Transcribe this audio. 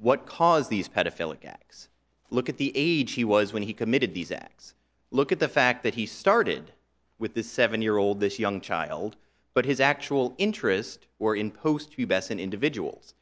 what caused these pedophile attacks look at the age he was when he committed these acts look at the fact that he started with this seven year old this young child but his actual interest or in post to best in individuals